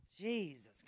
Jesus